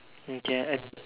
okay I